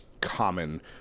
common